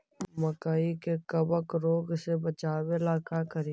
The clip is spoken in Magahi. मकई के कबक रोग से बचाबे ला का करि?